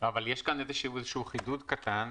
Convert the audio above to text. יש כאן חידוד קטן.